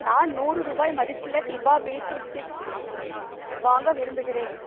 நான் நூறு ரூபாய் மதிப்புள்ள டிபா பீட்ரூட் சிப்ஸ் வாங்க விரும்புகிறேன்